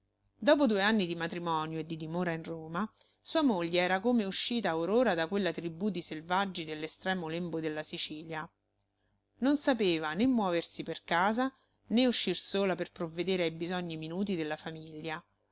dopo due anni di matrimonio e di dimora in roma sua moglie era come uscita or ora da quella tribù di selvaggi dell'estremo lembo della sicilia non sapeva né muoversi per casa né uscir sola per provvedere ai bisogni minuti della famiglia